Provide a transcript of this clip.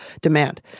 demand